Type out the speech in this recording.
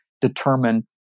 determine